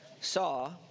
saw